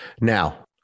Now